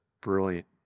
brilliant